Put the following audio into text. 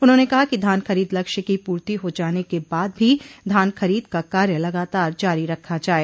उन्होंने कहा कि धान खरीद लक्ष्य की पूर्ति हो जाने के बाद भी धान खरीद का कार्य लगातार जारी रखा जाये